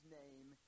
name